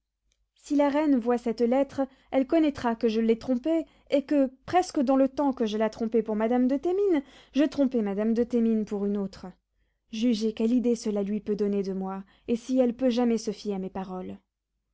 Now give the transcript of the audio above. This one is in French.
si la reine voit cette lettre elle connaîtra que je l'ai trompée et que presque dans le temps que je la trompais pour madame de thémines je trompais madame de thémines pour une autre jugez quelle idée cela lui peut donner de moi et si elle peut jamais se fier à mes paroles